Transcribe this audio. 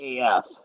af